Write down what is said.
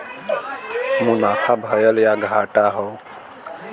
मुनाफा भयल या घाटा हौ